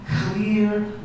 clear